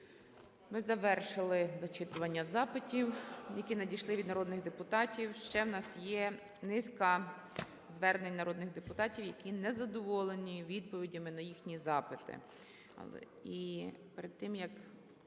Ми завершили зачитування запитів, які надійшли від народних депутатів. Ще в нас є низка звернень народних депутатів, які не задоволені відповідями на їхні запити. І перед тим, як